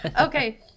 Okay